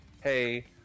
hey